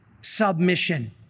submission